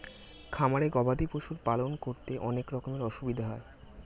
খামারে গবাদি পশুর পালন করতে অনেক রকমের অসুবিধা হয়